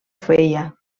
feia